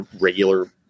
regular